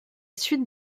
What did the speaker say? suite